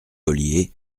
ollier